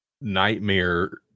nightmare